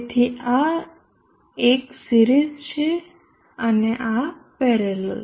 તેથી આ આ એક સિરીઝ છે અને આ પેરેલલ